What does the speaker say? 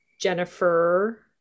Jennifer